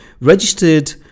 registered